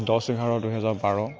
দহ এঘাৰ দুহেজাৰ বাৰ